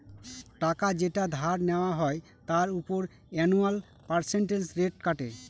টাকা যেটা ধার নেওয়া হয় তার উপর অ্যানুয়াল পার্সেন্টেজ রেট কাটে